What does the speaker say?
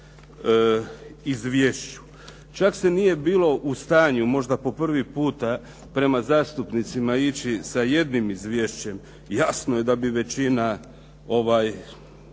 Izvješću. Čak se nije bilo u stanju možda po prvi puta prema zastupnicima ići sa jednim izvješćem, jasno je da bi većina